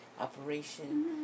operation